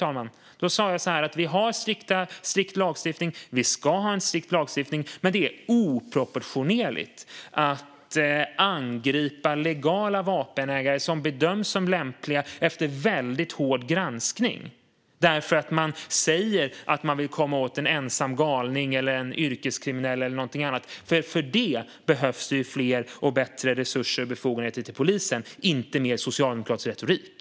Jag sa att vi har och ska ha en strikt lagstiftning, men det är oproportionerligt att angripa legala vapenägare som bedömts som lämpliga efter väldigt hård granskning när man säger att man vill komma åt en ensam galning, en yrkeskriminell eller något annat. För att komma åt sådant behövs det bättre resurser och befogenheter till polisen, inte mer socialdemokratisk retorik.